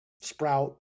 Sprout